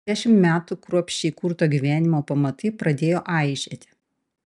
dešimt metų kruopščiai kurto gyvenimo pamatai pradėjo aižėti